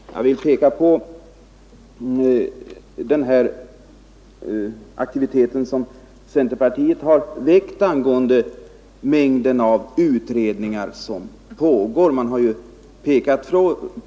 Jag vill peka på den aktivitet som centerpartiet igångsatt angående mängden av utredningar som pågår.